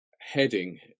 heading